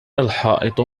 الحائط